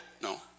No